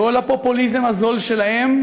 לא לפופוליזם הזול שלהם,